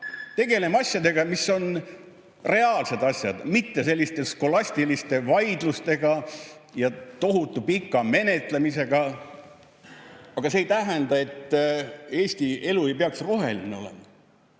Tegeleme asjadega, mis on reaalsed asjad, mitte selliste skolastiliste vaidlustega ja tohutu pika menetlemisega. See ei tähenda, et Eesti elu ei peaks roheline olema,